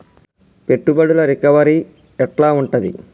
పెట్టుబడుల రికవరీ ఎట్ల ఉంటది?